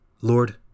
Lord